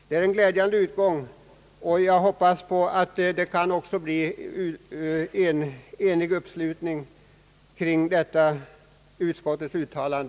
Det är en glädjande utgång, och jag hoppas att det också kan bli en enig uppslutning i riksdagen kring utskottets uttalande.